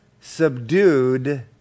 subdued